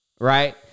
right